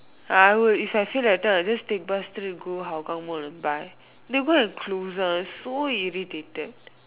I would if I feel like that I would just take bus straight and go Hougang Mall and buy they go and close that so irritated